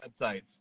websites